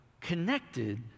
connected